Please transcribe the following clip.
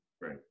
Right